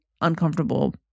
uncomfortable